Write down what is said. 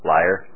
Liar